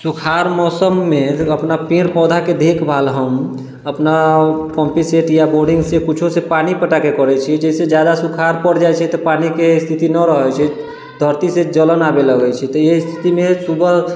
सुखाड़ मौसममे अपना पेड़ पौधाके देखभाल हम अपना पम्पिंगसेट या बोरिंग से कुछो से पानी पटाके करइ छी जैसे ज्यादा सुखाड़ पड़ जाइ छै तऽ पानीके स्थिति नऽ रहै छै धरती से जलन आबे लागै छै तऽ इहे स्थितिमे सुबह